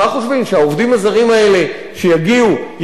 שהעובדים הזרים האלה שיגיעו יעבדו,